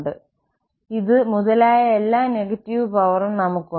¿ c2 1 ∨∨c2 2 | മുതലായ എല്ലാ negative പവറും നമുക്കുണ്ട്